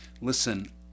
listen